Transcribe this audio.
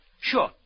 Sure